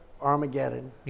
Armageddon